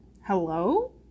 Hello